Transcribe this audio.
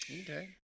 Okay